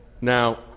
Now